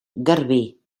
garbí